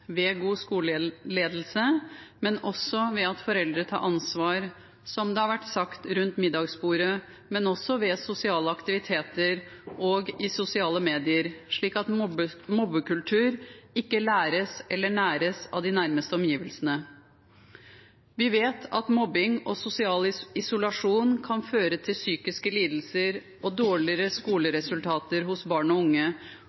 ved god skoleledelse, men også ved at foreldre tar ansvar – som det har vært sagt – rundt middagsbordet, ved sosiale aktiviteter og i sosiale medier, slik at mobbekultur ikke læres eller næres av de nærmeste omgivelsene. Vi vet at mobbing og sosial isolasjon kan føre til psykiske lidelser og dårligere